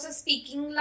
speaking